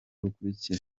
bukurikira